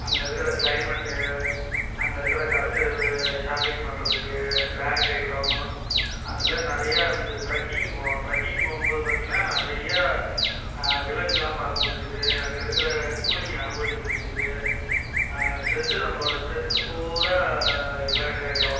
அங்கே இருக்கிற க்ளைமேட் அங்கே இருக்கிற கடைத்தெருவு ஷாப்பிங் பண்ணறதுக்கு பேக் ஐட்டம் அந்த மாரி நிறையா இருந்தது ட்ரக்கிங் போனோம் ட்ரக்கிங் போம்போது பார்த்தீங்கனா நிறையா விலங்குகளை பார்க்க முடிஞ்சுது அங்கே இருக்கிற கூலிங் அனுபவிக்க முடிஞ்சுது ஸ்ட்ரெஸ் நம்மளோட ஸ்ட்ரெஸ் பூரா எல்லாம் இதாகிடும்